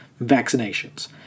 vaccinations